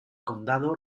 condado